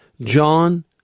John